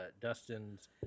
Dustin's